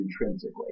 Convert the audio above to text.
intrinsically